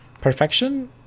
perfection